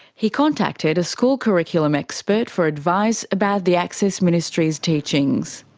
he contacted a school curriculum expert for advice about the access ministries' teachings.